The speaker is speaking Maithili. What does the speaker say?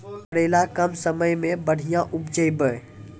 करेला कम समय मे बढ़िया उपजाई बा?